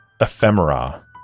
ephemera